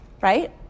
right